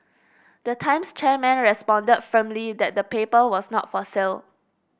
the Times chairman respond that firmly that the paper was not for sale